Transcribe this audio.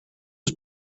was